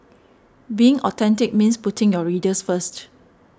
being authentic means putting your readers first